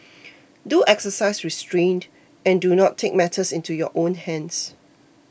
do exercise restraint and do not take matters into your own hands